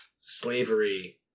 slavery